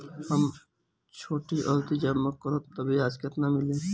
जब हम छोटी अवधि जमा करम त ब्याज केतना मिली?